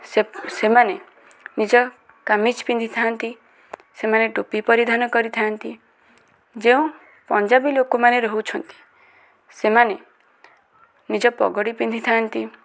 ସେ ସେମାନେ ନିଜ କାମିଜ୍ ପିନ୍ଧିଥାନ୍ତି ସେମାନେ ଟୋପି ପରିଧାନ କରିଥାନ୍ତି ଯେଉଁ ପଞ୍ଜାବୀ ଲୋକମାନେ ରହୁଛନ୍ତି ସେମାନେ ନିଜ ପଗଡ଼ି ପିନ୍ଧିଥାନ୍ତି